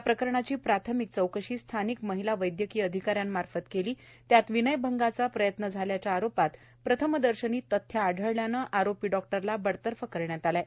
याप्रकरणाची प्राथमिक चौकशी स्थानिक महिला वैद्यकीय अधिकाऱ्यांमार्फत केली त्यात विनयभंगाचा प्रयत्न झाल्याच्या आरोपात प्रथमदर्शनी तथ्य आढळल्यानं आरोपी डॉक्टरला बडतर्फ केलं आहे